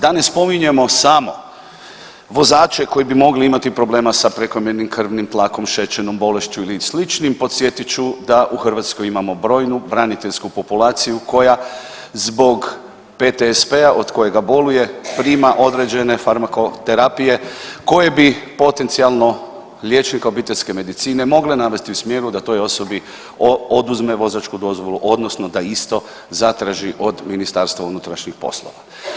Da ne spominjemo samo vozači koji bi mogli imati problema sa prekomjernim krvnim tlakom, šećernom bolešću ili sličnim, podsjetit ću da u Hrvatskoj imamo brojnu braniteljsku populaciju koja zbog PTSP-a od kojega boluje prima određene farmakoterapije koje bi potencijalno liječnika obiteljske medicine mogle navesti u smjeru da toj osobi oduzme vozačku dozvolu, odnosno da isto zatraži od Ministarstva unutrašnjih poslova.